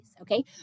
Okay